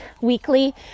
weekly